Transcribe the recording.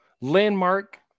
landmark